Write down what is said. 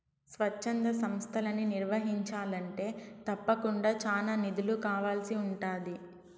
స్వచ్ఛంద సంస్తలని నిర్వహించాలంటే తప్పకుండా చానా నిధులు కావాల్సి ఉంటాది